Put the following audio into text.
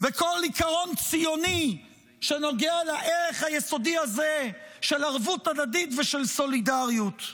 וכל עיקרון ציוני שנוגע לערך היסודי הזה של ערבות הדדית ושל סולידריות?